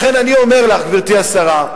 לכן אני אומר לך, גברתי השרה: